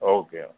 okay okay